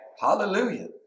Hallelujah